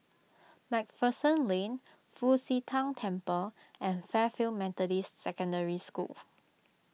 MacPherson Lane Fu Xi Tang Temple and Fairfield Methodist Secondary School